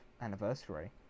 anniversary